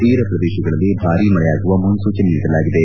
ತೀರಾ ಪ್ರದೇಶಗಳಲ್ಲಿ ಭಾರೀ ಮಳೆಯಾಗುವ ಮುನ್ನೂಚನೆ ನೀಡಲಾಗಿದೆ